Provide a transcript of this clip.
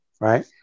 Right